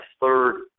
third